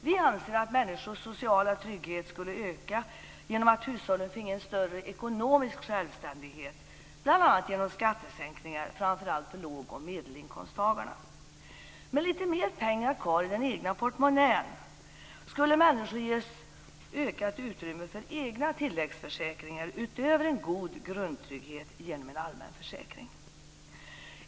Vi anser att människors sociala trygghet skulle öka genom att hushållen finge en större ekonomisk självständighet, bl.a. genom skattesänkningar framför allt för låg och medelinkomsttagarna. Med litet mer pengar kvar i den egna portmonnän skulle människor ges ökat utrymme för egna tilläggsförsäkringar utöver en god grundtrygghet genom en allmän försäkring.